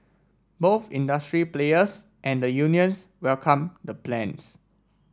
both industry players and the unions welcomed the plans